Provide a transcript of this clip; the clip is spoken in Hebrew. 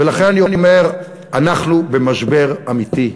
ולכן אני אומר: אנחנו במשבר אמיתי.